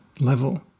level